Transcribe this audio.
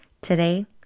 Today